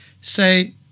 Say